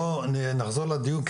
בוא נחזור לדיון,